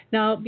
Now